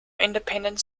independent